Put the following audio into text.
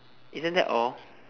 isn't that all